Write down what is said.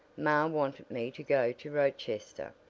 ma wanted me to go to rochester,